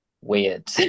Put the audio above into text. weird